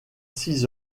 six